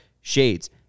shades